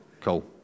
Cool